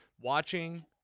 watching